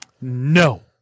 no